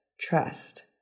trust